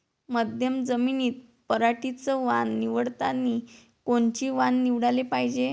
मध्यम जमीनीत पराटीचं वान निवडतानी कोनचं वान निवडाले पायजे?